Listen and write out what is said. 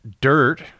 dirt